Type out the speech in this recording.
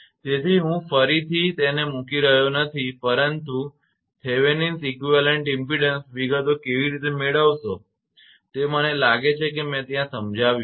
તેથી અહીં હું ફરીથી તેને મૂકી રહ્યો નથી પરંતુ થેવેનિન સમકક્ષ ઇમપેડન્સ વિગતો કેવી રીતે મેળવશો તે મને લાગે છે કે મેં ત્યાં સમજાવ્યું હતું